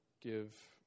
give